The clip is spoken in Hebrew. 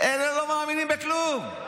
אלה לא מאמינים בכלום,